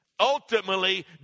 ultimately